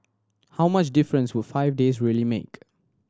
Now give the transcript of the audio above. how much difference would five days really make